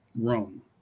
Rome